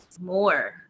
more